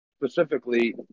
specifically